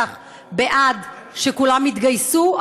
בטח בעד שכולם יתגייסו,